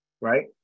right